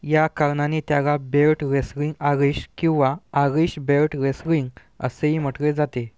या कारणाने त्यागा बेल्ट रेसलिंग अगिश किंवा अगिश बेल्ट रेसलिंग असेही म्हटले जाते